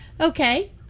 Okay